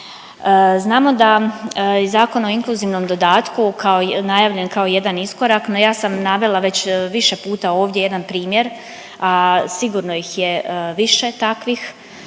Znamo da iz Zakona o inkluzivnom dodatku kao, najavljen kao jedan iskorak no ja sam navela već više puta ovdje jedan primjer, a sigurno ih je više takvih